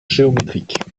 géométrique